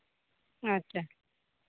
ᱟᱪᱪᱷᱟ